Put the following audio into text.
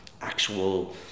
actual